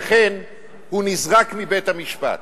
ולכן הוא נזרק מבית-המשפט.